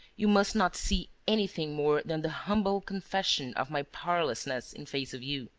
you must not see anything more than the humble confession of my powerlessness in face of you.